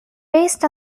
based